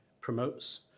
promotes